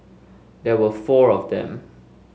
there were four of them